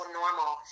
normal